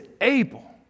able